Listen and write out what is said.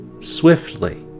swiftly